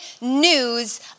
news